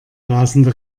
rasende